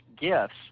gifts